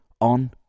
on